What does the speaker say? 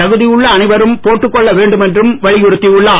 தகுதி உள்ள அனைவரும் போட்டுக் கொள்ள வேண்டும் என்று வலியுறுத்தி உள்ளார்